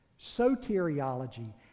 Soteriology